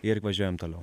ir važiuojam toliau